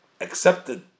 accepted